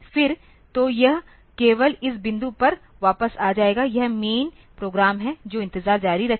फिर तो यह केवल इस बिंदु पर वापस आ जाएगा यह मैन प्रोग्राम है जो इंतजार जारी रखेगा